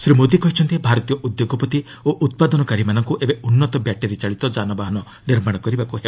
ଶ୍ରୀ ମୋଦି କହିଛନ୍ତି ଭାରତୀୟ ଉଦ୍ୟୋଗପତି ଓ ଉତ୍ପାଦନକାରୀମାନଙ୍କୁ ଏବେ ଉନ୍ନତ ବ୍ୟାଟେରି ଚାଳିତ ଯାନବାହନ ନିର୍ମାଣ କରିବାକୁ ହେବ